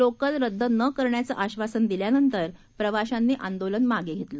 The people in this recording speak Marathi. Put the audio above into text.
लोकल रद्द न करण्याचं आश्वासन दिल्यानंतर प्रवाशांनी आंदोलन मागे घेतलं